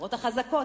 לעיירות החזקות,